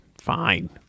Fine